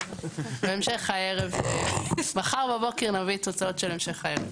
בהמשך הערב, מחר בבוקר נביא תוצאות של המשך הערב.